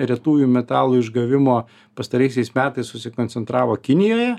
retųjų metalų išgavimo pastaraisiais metais susikoncentravo kinijoje